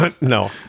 No